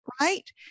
Right